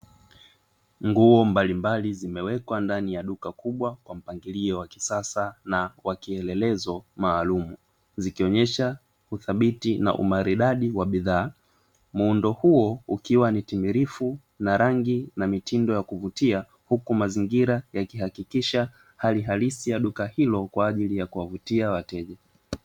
Nguo mbalimbali zimewekwa ndani ya duka kubwa kwa mpangilio wa kisasa na kwa kielelezo maalumu zikionyesha udhabiti na umaridadi wa bidhaa, muundo huo ukiwa ni timilifu na rangi na mitindo ya kuvutia huku mazingira yakihakikisha hali halisi ya duka hilo kwa ajili ya kuwavutia wateja.